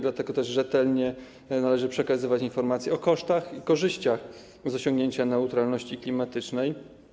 Dlatego też rzetelnie należy przekazywać informacje o kosztach i korzyściach z osiągnięcia neutralności klimatycznej.